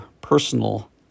personal